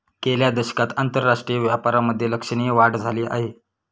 गेल्या दशकात आंतरराष्ट्रीय व्यापारामधे लक्षणीय वाढ झाली आहे